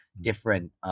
different